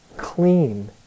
clean